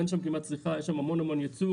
אין שם כמעט צריכה ויש שם המון ייצור,